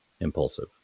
impulsive